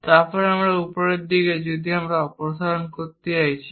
তারপর উপরের অংশটি যদি আমরা অপসারণ করতে যাচ্ছি